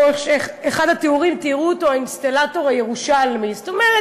באחד התיאורים תיארו אותו "האינסטלטור הירושלמי" זאת אומרת,